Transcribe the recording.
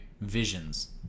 Visions